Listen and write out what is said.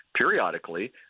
periodically